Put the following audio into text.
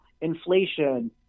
Inflation